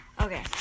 Okay